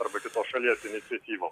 arba kitos šalies iniciatyvom